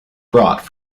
brought